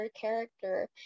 character